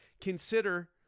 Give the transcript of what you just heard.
Consider